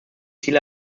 ziel